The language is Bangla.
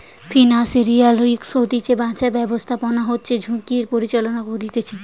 ফিনান্সিয়াল রিস্ক হইতে বাঁচার ব্যাবস্থাপনা হচ্ছে ঝুঁকির পরিচালনা করতিছে